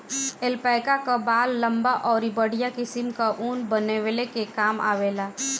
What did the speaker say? alpaca कअ बाल लंबा अउरी बढ़िया किसिम कअ ऊन बनवले के काम आवेला